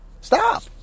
Stop